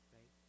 Right